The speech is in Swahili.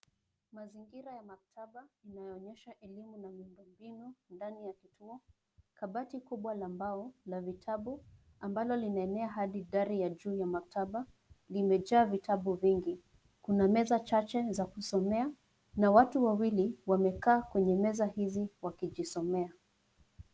Mazingira ya maktaba inayo onyesha elimu na miundo mbinu ndani ya kituo. Kabati kubwa la mbao la vitabu, ambalo limenea hadi dari juu ya maktaba, vimejaa vitabu vingi, kuna meza chache za kusomea na watu wawili wamekaa kwenye meza hizi wakijisomea.